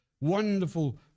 Wonderful